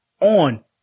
on